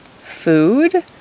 food